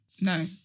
No